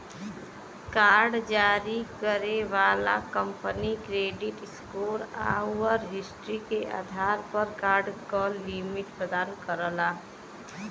card जारी करे वाला कंपनी क्रेडिट स्कोर आउर हिस्ट्री के आधार पर कार्ड क लिमिट प्रदान करला